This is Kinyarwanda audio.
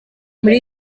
muri